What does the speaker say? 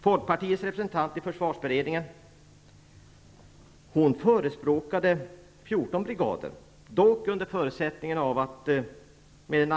Folkpartiets representant i försvarsberedningen förespråkade Herr talman!